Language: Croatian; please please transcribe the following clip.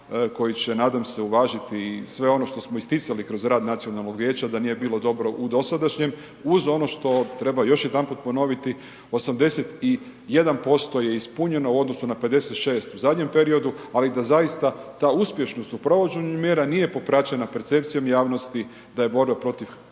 koji će nadam se uvažiti i sve ono što smo isticali kroz rad nacionalnog vijeća da nije bilo dobro u dosadašnjem, uz ono što treba još jedanput ponoviti, 81% je ispunjeno u odnosu na 56 u zadnjem periodu, ali da zaista ta uspješnost u provođenju mjera nije popraćena percepcijom javnosti da je borba protiv korupcije